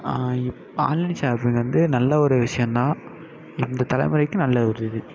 இப் online shopping வந்து நல்ல ஒரு விஷயம்தான் இந்த தலைமுறைக்கு நல்ல ஒரு இது